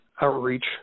outreach